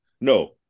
No